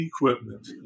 equipment